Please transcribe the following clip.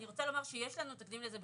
אני רוצה לומר שיש לנו תקדים לזה,